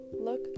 look